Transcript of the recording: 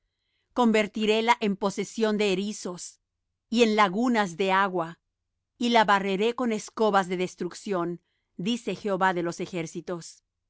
y convertiréla en posesión de erizos y en lagunas de agua y la barreré con escobas de destrucción dice jehová de los ejércitos